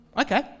okay